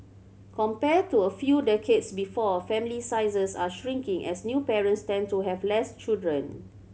compared to a few decades before family sizes are shrinking as new parents tend to have less children